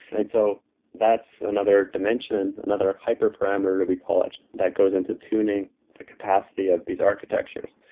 and so that's another dimension, another hyper parameter that we call it that goes into tuning the capacity of these architectures.